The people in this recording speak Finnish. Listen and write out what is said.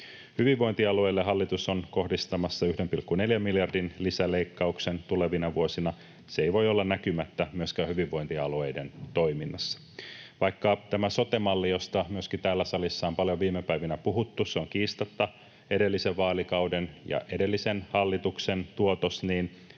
Hyvinvointialueille hallitus on kohdistamassa 1,4 miljardin lisäleikkauksen tulevina vuosina. Se ei voi olla näkymättä myöskään hyvinvointialueiden toiminnassa. Vaikka tämä sote-malli, josta myöskin täällä salissa on paljon viime päivinä puhuttu, on kiistatta edellisen vaalikauden ja edellisen hallituksen tuotos, niin